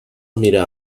mirar